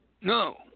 No